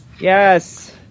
yes